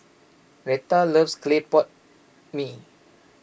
Retha loves Clay Pot Mee